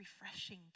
refreshing